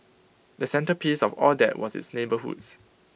the centrepiece of all that was its neighbourhoods